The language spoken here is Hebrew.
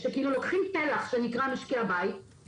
שלוקחים פלח שנקרא משקי הבית,